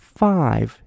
five